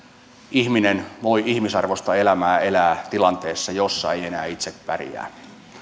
ihminen voi ihmisarvoista elämää elää tilanteessa jossa ei enää itse pärjää